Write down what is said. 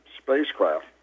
spacecraft